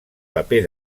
paper